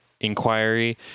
inquiry